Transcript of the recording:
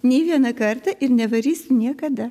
nei vieną kartą ir nevarysiu niekada